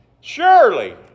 Surely